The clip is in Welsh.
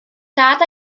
dad